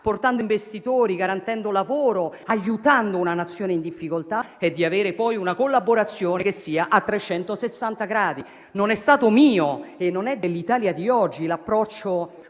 portando investitori, garantendo lavoro, aiutando una Nazione in difficoltà, è di avere poi una collaborazione che sia a 360 gradi. Non è stato mio e non è dell'Italia di oggi l'approccio